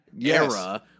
era